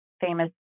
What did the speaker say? famous